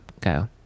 go